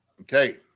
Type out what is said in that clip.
Okay